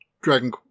Dragon